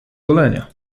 golenia